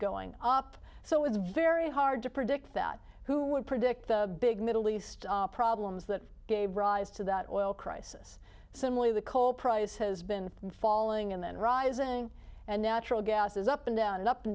going up so it was very hard to predict that who would predict the big middle east problems that gave rise to that oil crisis similarly the coal price has been falling and then rising and natural gas is up and down and up and